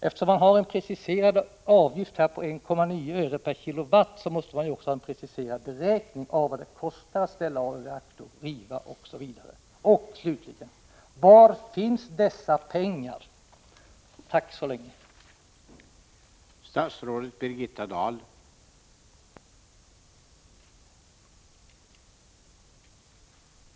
Eftersom man har en preciserad avgift på 1,9 öre per kilowattimme, måste man ju också ha en preciserad beräkning av vad det kostar att ställa av en reaktor osv. Och, slutligen, var finns dessa pengar? Tack så länge!